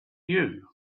you